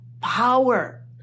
power